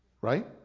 Right